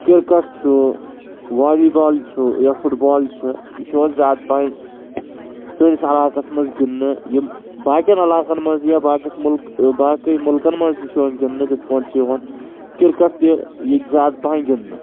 cricket چھُ volleyball چھُ یا فُٹ بال چھِ یہِ چھُ یِوان زیادٕ پَہنن سٲنِس علاقَس منٛز گِنٛدنہٕ یِم باقیَن علاقَن منٛز یا باقیَس ملک باقٕے ملکَن منٛز تہِ یِوان گِنٛدنہٕ تِتھ پٲٹھۍ چھِ یِوان کِرکَٹ تہِ ییٚتہِ زیادٕ پَہنن گِنٛدنہٕ